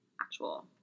actual